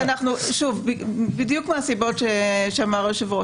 בדיוק מהסיבות שאמר היושב ראש,